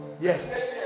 Yes